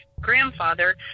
grandfather